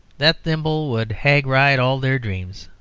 that thimble would hag-ride all their dreams.